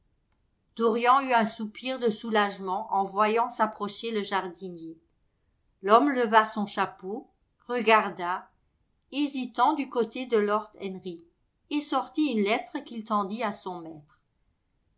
dorian eut un soupir de soulagement en voyant s'approcher le jardinier l'homme leva son chapeau regarda hésitant du côté de lord henry et sortit une lettre qu'il tendit à son maître